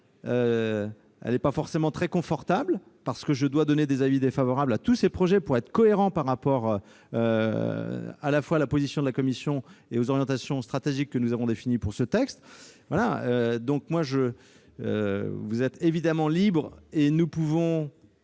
n'est pas forcément très confortable, parce que je dois donner des avis défavorables à tous ces projets pour être cohérent avec, à la fois, la position de la commission et les orientations stratégiques que nous avons définies. Vous êtes évidemment libres, mes chers